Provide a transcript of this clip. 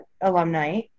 alumni